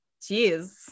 Jeez